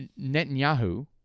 Netanyahu